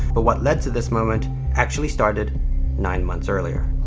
but what led to this moment actually started nine months earlier.